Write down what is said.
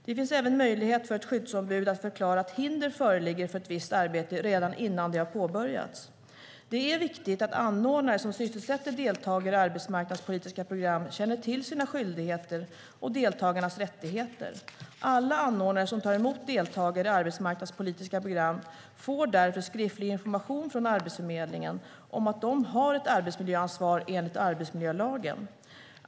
Det finns även möjlighet för ett skyddsombud att förklara att hinder föreligger för visst arbete redan innan det påbörjas. Det är viktigt att anordnare som sysselsätter deltagare i arbetsmarknadspolitiska program känner till sina skyldigheter och deltagarnas rättigheter. Alla anordnare som tar emot deltagare i arbetsmarknadspolitiska program får därför skriftlig information från Arbetsförmedlingen om att de har ett arbetsmiljöansvar enligt arbetsmiljölagen.